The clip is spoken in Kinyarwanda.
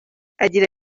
agira